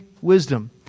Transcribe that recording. wisdom